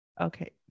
Okay